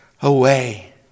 away